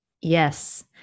Yes